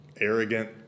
arrogant